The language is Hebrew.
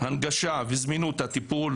הנגשה וזמינות הטיפול.